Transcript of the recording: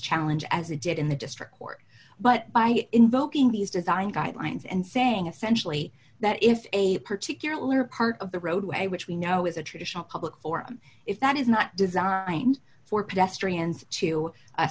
challenge as it did in the district court but by invoking these design guidelines and saying essentially that if a particular part of the roadway which we know is a traditional public forum if that is not designed for pedestrians to